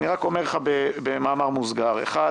אני רק אומר לך במאמר מוסגר: אחד